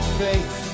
faith